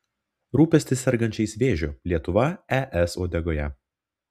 rūpestis sergančiais vėžiu lietuva es uodegoje